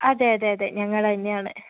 അതെ അതെ അതെ ഞങ്ങൾ തന്നെ ആണ്